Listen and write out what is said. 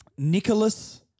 Nicholas